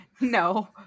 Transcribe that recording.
No